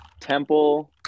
Temple